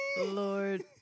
Lord